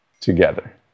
together